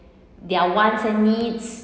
their wants and needs